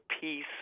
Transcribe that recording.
peace